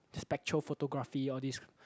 spectro photography all this